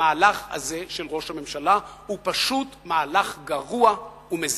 המהלך הזה של ראש הממשלה הוא פשוט מהלך גרוע ומזיק.